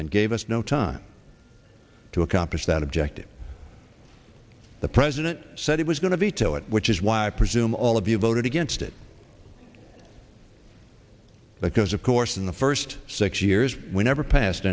and gave us no time to accomplish that objective the president said he was going to be to it which is why i presume all of you voted against it because of course in the first six years we never pas